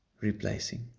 replacing